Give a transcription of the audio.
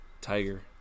Tiger